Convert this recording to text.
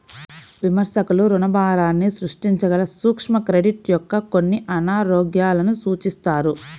విమర్శకులు రుణభారాన్ని సృష్టించగల సూక్ష్మ క్రెడిట్ యొక్క కొన్ని అనారోగ్యాలను సూచిస్తారు